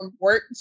work